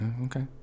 Okay